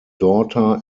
daughter